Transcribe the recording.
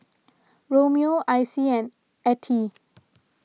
Romeo Icey and Ettie